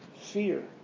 Fear